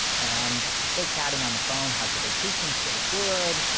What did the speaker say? and they're chatting on the phone. how's your vacation? it's really good.